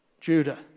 Judah